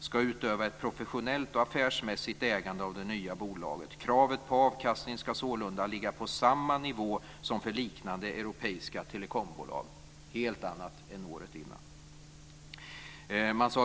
skall utöva ett professionellt och affärsmässigt ägande av det nya bolaget. Kravet på avkastning skall sålunda ligga på samma nivå som för liknande europeiska telekombolag." Det är alltså något helt annat än året före. Och de båda statliga ägarna handlar alltså om den norska och den svenska staten.